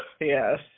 yes